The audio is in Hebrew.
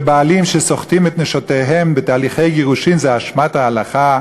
ובעלים שסוחטים את נשותיהם בתהליכי גירושין זו אשמת ההלכה,